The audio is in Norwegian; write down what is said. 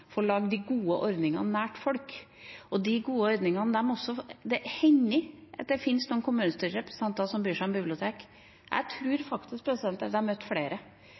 de gode ordningene nært folk. Det hender at det finnes noen kommunestyrerepresentanter som bryr seg om bibliotek. Jeg tror faktisk at jeg har møtt flere.